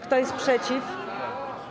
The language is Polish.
Kto jest przeciw?